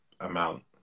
amount